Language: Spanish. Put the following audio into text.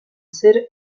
ser